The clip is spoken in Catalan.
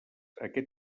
aquest